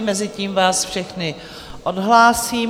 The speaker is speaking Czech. Mezitím vás všechny odhlásím.